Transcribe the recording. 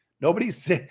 Nobody's